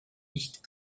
nicht